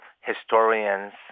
historians